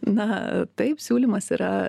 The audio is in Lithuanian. na taip siūlymas yra